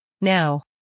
Now